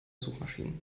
suchmaschinen